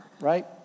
right